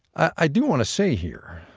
i do want to say here,